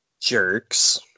jerks